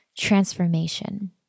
transformation